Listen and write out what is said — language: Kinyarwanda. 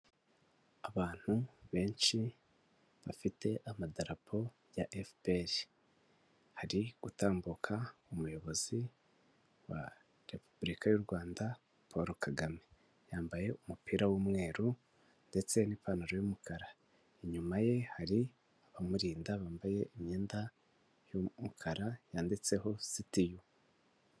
Abantu benshi bafite amadarapo ya Efuperi hari gutambuka umuyobozi wa Repubulika y'u Rwanda Paul Kagame yambaye umupira w'umweru ndetse n'ipantaro y'umukara, inyuma ye hari abamurinda bambaye imyenda y'umukara yanditseho Sitiyu.